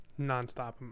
nonstop